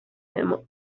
him